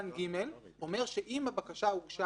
תגידי אותה בהמשך.